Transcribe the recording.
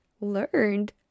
learned